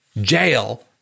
jail